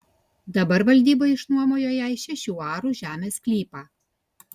dabar valdyba išnuomojo jai šešių arų žemės sklypą